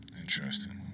Interesting